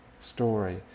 story